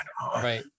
Right